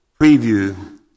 preview